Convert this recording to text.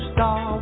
Star